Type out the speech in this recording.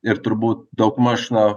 ir turbūt daugmaž na